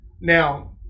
Now